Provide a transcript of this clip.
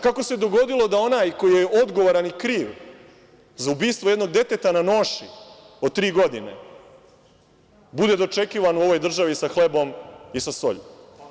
Kako se dogodilo da onaj koji je odgovoran i kriv za ubistvo jednog deteta na noši, od tri godine, bude dočekivan u ovoj državi sa hlebom i sa solju?